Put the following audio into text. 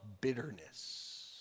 bitterness